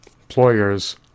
Employers